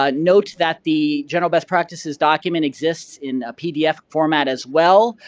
ah note that the general best practices document exists in a pdf format as well,